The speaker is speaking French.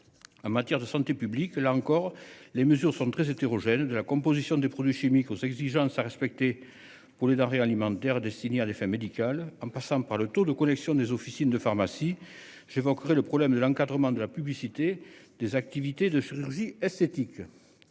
En matière de santé publique, là encore, les mesures sont très hétérogènes de la composition des produits chimiques aux exigences à respecter pour les denrées alimentaires destinées à des fins médicales en passant par le taux de connexion des officines de pharmacies. J'ai pas le problème de l'encadrement de la publicité des activités de chirurgie esthétique.